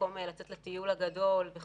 במקום לצאת לטיול הגדול או